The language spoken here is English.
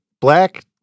Black